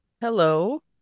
Hello